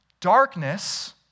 Darkness